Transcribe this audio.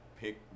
pick